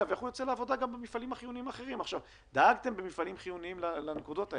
אם דאגתם במפעלים חיוניים לנקודות האלו,